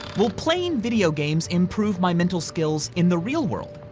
will playing video games improve my mental skills in the real world?